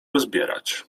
rozbierać